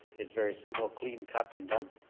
it's very simple, clean cut, and and